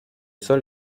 sol